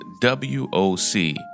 W-O-C